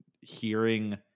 hearing